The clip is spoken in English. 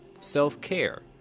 Self-care